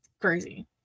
crazy